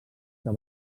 que